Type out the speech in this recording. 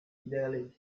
daily